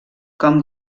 com